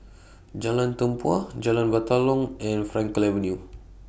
Jalan Tempua Jalan Batalong and Frankel Avenue